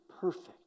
perfect